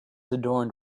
adorned